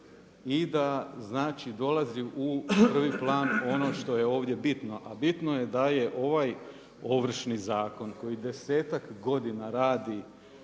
i da, znači dolazi u prvi plan ono što je ovdje bitno, a bitno je da je ovaj Ovršni zakon koji desetak godina radi